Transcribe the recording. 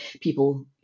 people